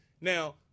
Now